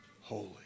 holy